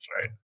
Right